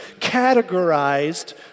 categorized